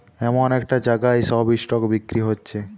এমন একটা জাগায় সব স্টক বিক্রি হচ্ছে